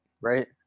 Right